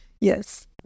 Yes